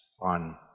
on